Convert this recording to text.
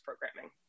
programming